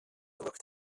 looked